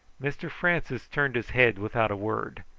mr francis turned his head without a word,